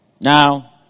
Now